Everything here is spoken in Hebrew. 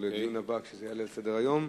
סדר-היום.